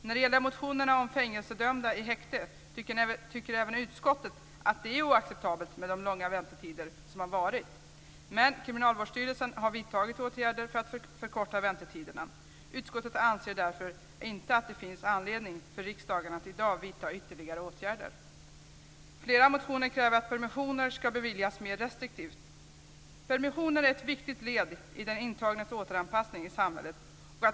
När det gäller motionerna om fängelsedömda i häkte tycker även utskottet att det är oacceptabelt med de långa väntetider som har förekommit, men Kriminalvårdsstyrelsen har vidtagit åtgärder för att förkorta väntetiderna. Utskottet anser därför inte att det finns anledning för riksdagen att i dag vidta ytterligare åtgärder. I flera motioner krävs att permissioner ska beviljas mer restriktivt. Permissioner är ett viktigt led i den intagnes återanpassning i samhället.